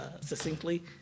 succinctly